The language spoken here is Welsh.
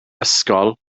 ysgol